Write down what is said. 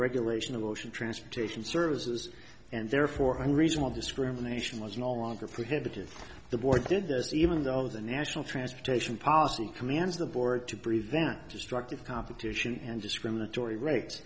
regulation of ocean transportation services and therefore hungry small discrimination was no longer prohibited the board did this even though the national transportation policy commands the board to prevent destructive competition and discriminatory r